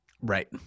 Right